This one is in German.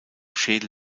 schädel